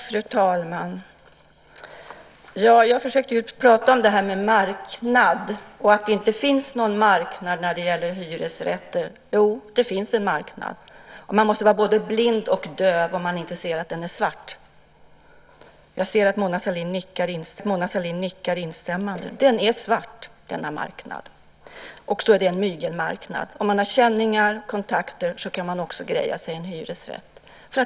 Fru talman! Jag försökte prata om marknad, och om det inte finns någon marknad när det gäller hyresrätter. Jo, det finns en marknad. Man måste vara både blind och döv om man inte ser att den är svart. Jag ser att Mona Sahlin nickar instämmande. Den är svart denna marknad. Det är en mygelmarknad. Om man har känningar och kontakter kan man greja sig en hyresrätt.